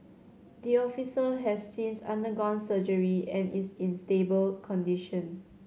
the officer has since undergone surgery and is in stable condition